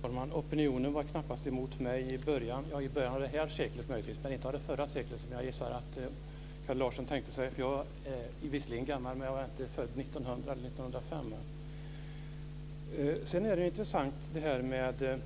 Fru talman! Opinionen var knappast mot mig - möjligen i början av det här seklet, men inte i början av förra seklet. Jag är visserligen gammal, men jag var inte född 1921. Det är vidare en intressant tanke att man ska ha